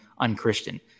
unchristian